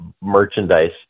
merchandise